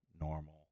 normal